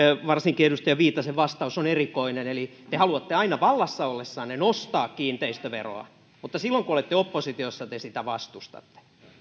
varsinkin edustaja viitasen vastaus on erikoinen eli te haluatte aina vallassa ollessanne nostaa kiinteistöveroa mutta silloin kun olette oppositiossa te sitä vastustatte